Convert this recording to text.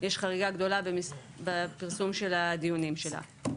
יש חריגה גדולה בפרסום של הדיונים שלה.